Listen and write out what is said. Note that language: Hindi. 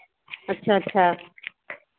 अच्छा अच्छा